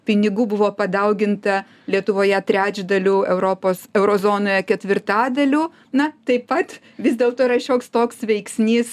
pinigų buvo padauginta lietuvoje trečdaliu europos euro zonoje ketvirtadaliu na taip pat vis dėlto yra šioks toks veiksnys